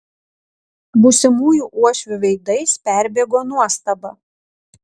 būsimųjų uošvių veidais perbėgo nuostaba